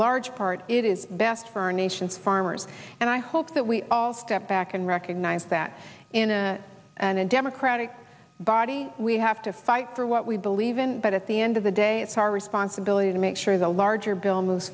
large part it is best for our nation farmers and i hope that we all step back and recognize that in a and democratic body we have to fight for what we believe in but at the end of the day it's our responsibility to make sure the larger bil